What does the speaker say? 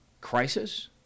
crisis